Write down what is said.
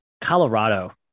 Colorado